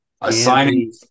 Assigning